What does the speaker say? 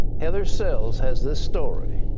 heather sells has this story.